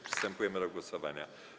Przystępujemy do głosowania.